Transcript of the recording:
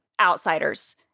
outsiders